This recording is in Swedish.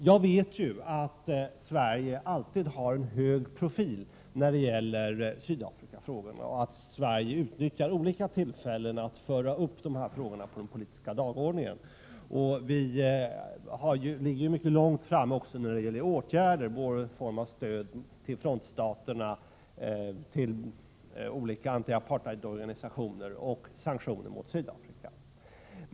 Jag vet ju att Sverige alltid har en hög profil när det gäller Sydafrikafrågor och att Sverige utnyttjar olika tillfällen att föra upp dessa frågor på den politiska dagordningen. Vi ligger mycket långt framme också när det gäller åtgärder i form av stöd till frontstaterna och till olika antiapartheidorganisationer samt i form av sanktioner mot Sydafrika.